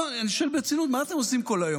לא, אני שואל ברצינות: מה אתם עושים כל היום?